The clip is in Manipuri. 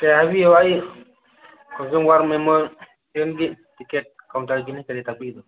ꯍꯥꯏꯕꯤꯌꯨ ꯑꯩ ꯈꯣꯡꯖꯣꯝ ꯋꯥꯔ ꯃꯦꯃꯣꯔꯤꯌꯜꯒꯤ ꯇꯤꯛꯀꯦꯠ ꯀꯥꯎꯟꯇꯔꯒꯤꯅꯦ ꯀꯔꯤ ꯇꯥꯛꯄꯤꯒꯗꯕ